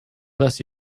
bless